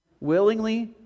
willingly